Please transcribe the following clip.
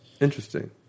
Interesting